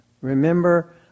Remember